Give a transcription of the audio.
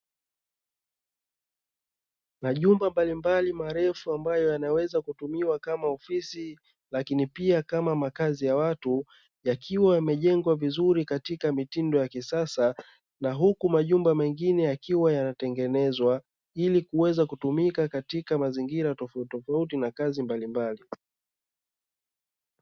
Majumba mbalimbali marefu ambayo yanaweza kutumika kama ofisi, lakini pia kama makazi ya watu yakiwa yamejengwa vizuri katika mitindo ya kisasa, na huku majumba mengine yakiwa yanatengenezwa ili kuweza kutumika katika mazingira tofautitofauti na kazi mbalimbali.